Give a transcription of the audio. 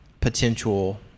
potential